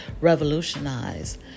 revolutionize